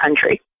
country